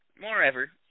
Moreover